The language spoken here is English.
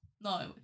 no